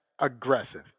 aggressive